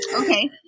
okay